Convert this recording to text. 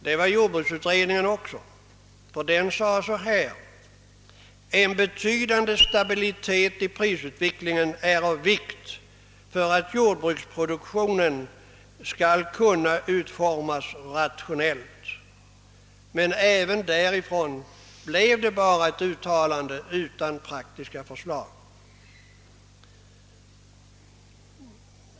Det var jordbruksutredningen också. Utredningen säger följande: »En betydande stabilitet i prisutvecklingen är av vikt för att jordbruksproduktionen skall kunna utformas rationellt.« Men även jordbruksutredningen inskränkte sig till ett uttalande och framlade inga praktiska förslag.